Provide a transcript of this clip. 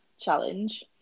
challenge